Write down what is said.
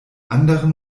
anderen